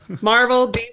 Marvel